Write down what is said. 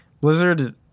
Blizzard